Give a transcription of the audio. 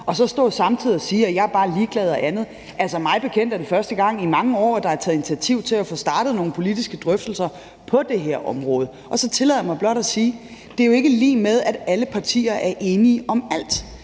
Og så står man samtidig siger, at jeg bare er ligeglad og andet. Altså, mig bekendt er det første gang i mange år, at der er taget initiativ til at få startet nogle politiske drøftelser på det her område. Og så tillader jeg mig blot at sige, at det jo ikke er lig med, at alle partier er enige om alt.